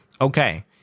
okay